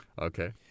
Okay